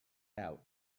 out